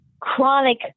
Chronic